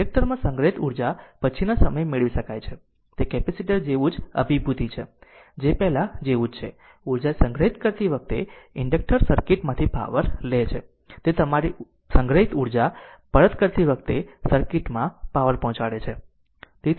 inductor માં સંગ્રહિત ઊર્જા પછીના સમયે મેળવી શકાય છે તે કેપેસિટર જેવું જ અભીભુતી છે જે પહેલા જેવું છે ઉર્જા સંગ્રહિત કરતી વખતે ઇન્ડક્ટર સર્કિટ માંથી પાવર લે છે અને તમારી પહેલાં સંગ્રહિત ઉર્જા પરત કરતી વખતે સર્કિટ માં પાવર પહોંચાડે છે